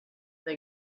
that